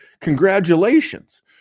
Congratulations